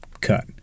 cut